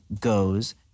goes